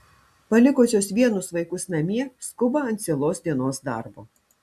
palikusios vienus vaikus namie skuba ant cielos dienos darbo